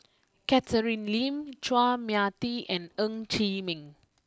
Catherine Lim Chua Mia Tee and Ng Chee Meng